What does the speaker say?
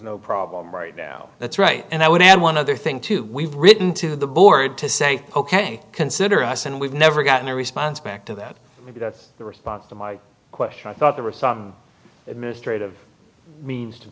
no problem right now that's right and i would add one other thing too we've written to the board to say ok consider us and we've never gotten a response back to that because the response to my question i thought there were some administrative means to